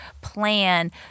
plan